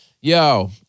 Yo